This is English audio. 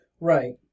Right